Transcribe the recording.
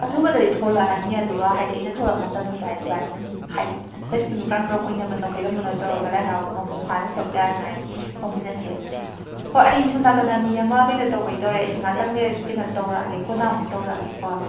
ꯑꯊꯨꯕꯗꯗꯤ ꯊꯣꯂꯛꯑꯅꯤ ꯑꯗꯨꯒ ꯍꯥꯏꯗꯤ ꯑꯩꯅ ꯊꯣꯂꯛ ꯃꯇꯝꯗꯨꯗ ꯍꯥꯏꯗꯤ ꯏꯕꯥꯅꯤ ꯑꯗꯨꯝ ꯍꯥꯏꯗꯤ ꯀꯔꯝ ꯀꯔꯝ ꯑꯣꯏꯅꯕꯅꯣ ꯀꯔꯝꯕꯅꯣ ꯇꯧꯔꯒ ꯂꯥꯏ ꯍꯔꯥꯎꯕꯗꯣ ꯃꯄꯨꯡ ꯐꯥꯅ ꯁꯔꯨꯛ ꯌꯥꯅꯤꯡꯉꯥꯏꯒꯤ ꯌꯥꯎꯃꯤꯟꯅꯁꯦ ꯍꯣꯏ ꯑꯩ ꯁꯣꯝ ꯅꯥꯀꯟꯗ ꯃꯤ ꯑꯃ ꯀꯩꯅꯣ ꯇꯧꯕꯩ ꯇꯧꯔꯦ ꯑꯩꯁꯤ ꯉꯥꯛꯇꯪ ꯂꯩꯔ ꯀꯩꯅꯣ ꯇꯧꯔꯛꯑꯒꯦ ꯀꯣꯟꯅ ꯑꯃꯨꯛ ꯇꯧꯔꯛꯑꯒꯦꯀꯣ